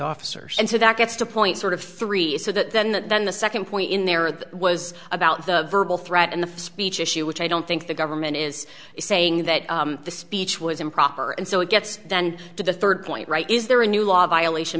officers and so that gets to point sort of three so that then that then the second point in there was about the verbal threat and the speech issue which i don't think the government is saying that the speech was improper and so it gets down to the third point right is there a new law violation